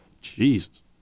Jesus